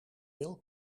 wil